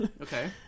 Okay